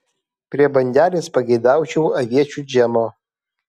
prie bandelės pageidaučiau aviečių džemo